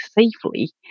safely